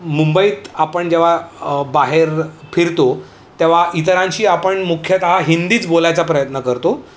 मुंबईत आपण जेव्हा बाहेर फिरतो तेव्हा इतरांशी आपण मुख्यतः हिंदीच बोलायचा प्रयत्न करतो